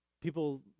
people